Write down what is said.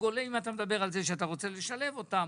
זה שאתה רוצה לשלב אותם,